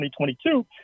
2022